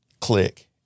click